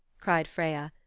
cried freya.